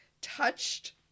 touched